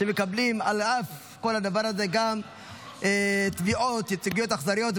שעל אף כל הדבר הזה מקבלים גם תביעות ייצוגיות אכזריות.